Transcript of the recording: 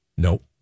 Nope